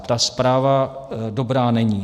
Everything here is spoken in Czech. Ta zpráva dobrá není.